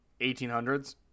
1800s